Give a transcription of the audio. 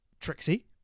Trixie